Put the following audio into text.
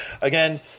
Again